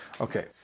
Okay